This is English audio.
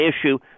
issue